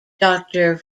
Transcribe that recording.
doctor